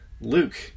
Luke